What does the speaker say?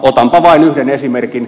otanpa vain yhden esimerkin